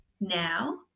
now